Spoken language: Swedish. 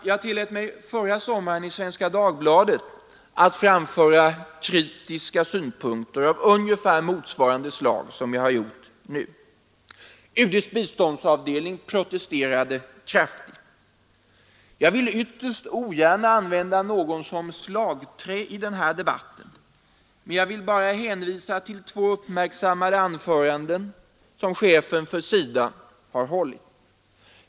Jag tillät mig förra sommaren i Svenska Dagbladet att framföra kritiska synpunkter av ungefär samma slag som jag här har anfört. UD:s biståndsavdelning protesterade kraftigt. Jag vill ytterst ogärna använda någon som ett slagträ i den här debatten, men jag skall bara hänvisa till två uppmärksammade anföranden som chefen för SIDA har hållit.